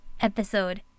episode